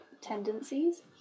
tendencies